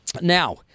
Now